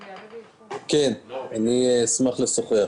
כן, אני אשמח לשוחח.